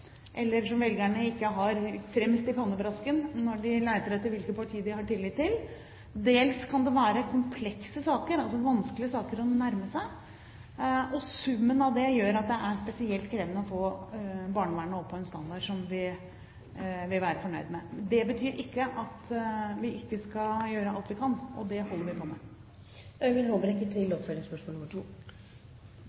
eller som velgerne ikke har fremst i pannebrasken når de leter etter hvilket parti de har tillit til, dels kan det være komplekse saker, altså vanskelige saker å nærme seg. Summen av det gjør at det er spesielt krevende å få barnevernet opp på en standard som vi vil være fornøyd med. Det betyr ikke at vi ikke skal gjøre alt vi kan, og det holder vi på